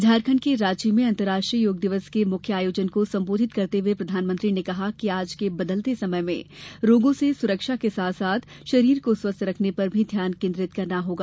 झारखंड के रांची में अंतरराष्ट्रीय योग दिवस के मुख्य आयोजन को सम्बोधित करते हुए प्रधानमंत्री ने कहा कि आज के बदलते समय में रोगों से सुरक्षा के साथ साथ शरीर को स्वस्थ रखने पर भी ध्यान केन्द्रित करना होगा